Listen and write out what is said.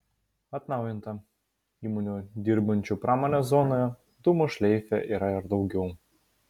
atnaujinta įmonių dirbančių pramonės zonoje dūmų šleife yra ir daugiau